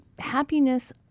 happiness